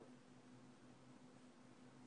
התקלה אצלו.